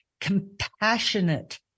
compassionate